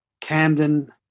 Camden